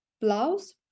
blouse